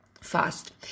fast